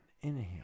inhale